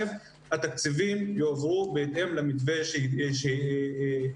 התקציבים יועברו בהתאם למתווה שיוסכם.